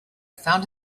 found